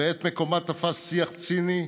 ואת מקומה תפס שיח ציני,